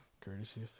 courtesy